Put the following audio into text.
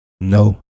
No